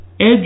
edge